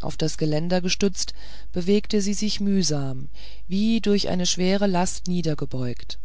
auf das geländer gestützt bewegte sie sich mühsam wie durch eine schwere last niedergebeugt